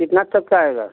कितना खर्चा आएगा